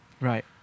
Right